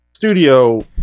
Studio